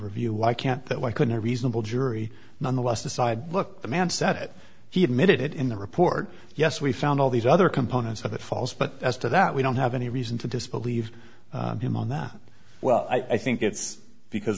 review why can't that why couldn't a reasonable jury nonetheless decide look the man said it he admitted it in the report yes we found all these other components of that false but as to that we don't have any reason to disbelieve him on that well i think it's because